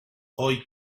hoy